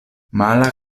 mala